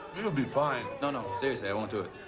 you'll be fine. no, no. seriously, i won't do it.